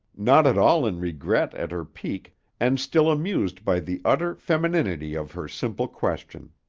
not at all in regret at her pique and still amused by the utter femininity of her simple question.